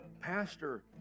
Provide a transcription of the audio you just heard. Pastor